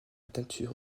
teinture